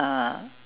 uh